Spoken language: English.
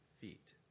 feet